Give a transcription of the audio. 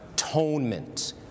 atonement